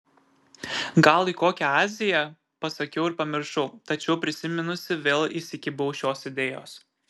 gal į kokią aziją pasakiau ir pamiršau tačiau prisiminusi vėl įsikibau šios idėjos